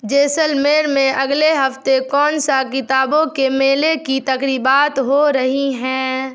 جیسلمیر میں اگلے ہفتے کون سا کتابوں کے میلے کی تقریبات ہو رہی ہیں